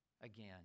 again